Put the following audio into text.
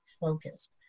focused